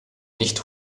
nicht